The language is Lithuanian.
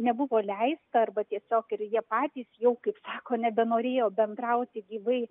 nebuvo leista arba tiesiog ir jie patys jau kaip sako nebenorėjo bendrauti gyvai